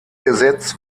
gesetz